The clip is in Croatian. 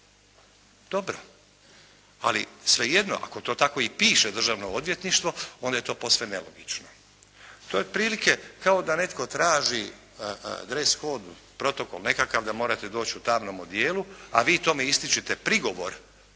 Dobro. Ali svejedno ako to tako i piše Državno odvjetništvo onda je to posve nelogično. To je otprilike kao da netko traži dres hod, protokol nekakav da morate doći u tamnome odijelu, a vi tome ističete prigovor